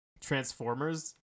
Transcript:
transformers